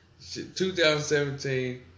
2017